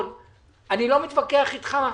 אני לא מתווכח אתך חוקית,